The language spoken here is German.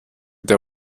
der